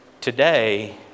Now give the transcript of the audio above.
today